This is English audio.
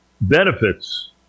benefits